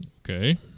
Okay